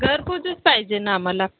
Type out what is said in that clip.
घरपोचंच पाहिजे आम्हाला